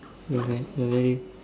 you are very you are very